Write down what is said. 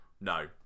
No